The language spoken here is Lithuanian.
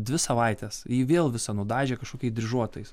dvi savaites jį vėl visą nudažė kažkokiai dryžuotais